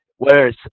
Whereas